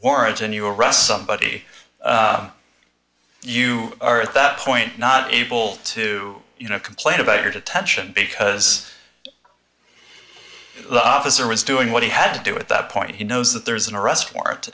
origin you arrest somebody you are at that point not able to you know complain about your detention because the officer was doing what he had to do at that point he knows that there's an arrest warrant